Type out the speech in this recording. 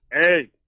Hey